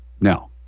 Now